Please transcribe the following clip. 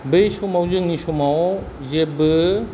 बै समाव जोंनि समाव जेब्बो